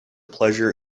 pleasure